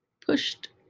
pushed